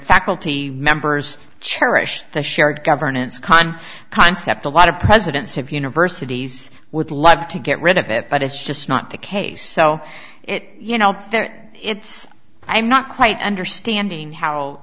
faculty members cherish the shared governance khan concept a lot of presidents have universities would love to get rid of it but it's just not the case so it you know it's i'm not quite understanding how